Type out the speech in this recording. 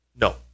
No